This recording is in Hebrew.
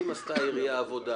אם עשתה העירייה עבודה